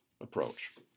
approach